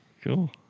cool